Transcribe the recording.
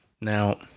Now